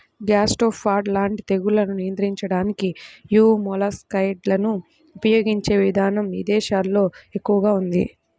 gastropod లాంటి తెగుళ్లను నియంత్రించడానికి యీ మొలస్సైడ్లను ఉపయిగించే ఇదానం ఇదేశాల్లో ఎక్కువగా ఉంది